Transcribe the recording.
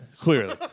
clearly